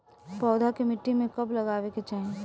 पौधा के मिट्टी में कब लगावे के चाहि?